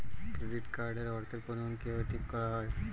Credit card এর অর্থের পরিমান কিভাবে ঠিক করা হয়?